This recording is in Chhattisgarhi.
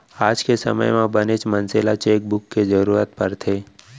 आज के समे म बनेच मनसे ल चेकबूक के जरूरत परथे